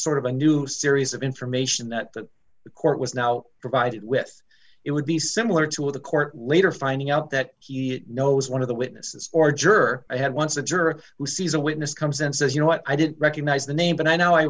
sort of a new series of information that that the court was now provided with it would be similar to what the court later finding out that he knows one of the witnesses or juror had once a juror who sees a witness comes and says you know what i didn't recognize the name but i know i